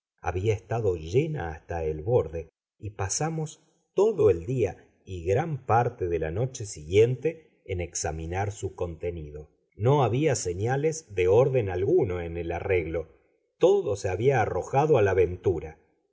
había estado llena hasta el borde y pasamos todo el día y gran parte de la noche siguiente en examinar su contenido no había señales de orden alguno en el arreglo todo se había arrojado a la ventura